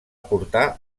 portar